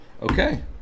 Okay